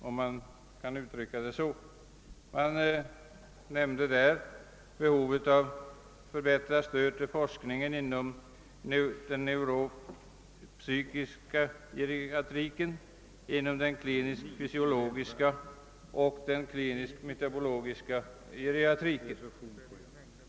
Det erinrades om behovet av förbättring av stödet till forskning inom den neuropsykiska, den klinisk-fysiologiska och den klinisk-metaboliska geriatriken.